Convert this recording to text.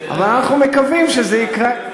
אבל אנחנו מקווים שזה יקרה.